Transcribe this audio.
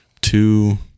two